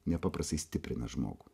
nepaprastai stiprina žmogų